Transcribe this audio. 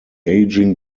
aging